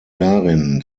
darin